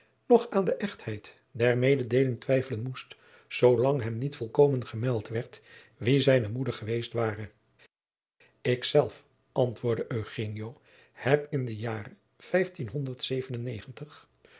nog aan de echtheid der mededeeling twijfelen moest zoolang hem niet volkomen gemeld werd wie zijne moeder geweest ware ik zelf antwoordde eugenio heb in den jare